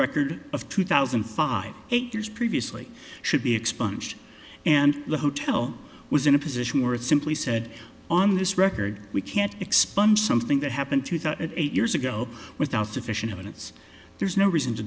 record of two thousand and five eight years previously should be expunged and the hotel was in a position where it simply said on this record we can't expunge something that happened two thousand and eight years ago without sufficient evidence there's no reason to